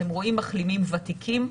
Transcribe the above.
אתם רואים מחלימים ותיקים,